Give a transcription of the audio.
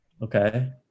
Okay